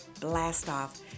Blast-Off